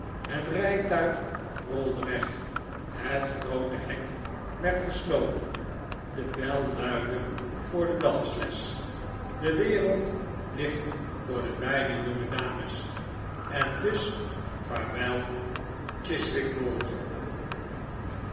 het rijtuig rolde weg het groote hek werd gesloten de bel luidde voor de dansles de wereld ligt voor de beide jonge dames en dus vaarwel chiswick mall